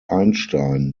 einstein